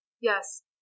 Yes